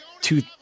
two